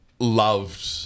Loved